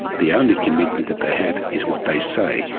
the only commitment that they have is what they say.